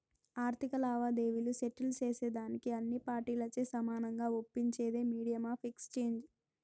ఆర్థిక లావాదేవీలు సెటిల్ సేసేదానికి అన్ని పార్టీలచే సమానంగా ఒప్పించేదే మీడియం ఆఫ్ ఎక్స్చేంజ్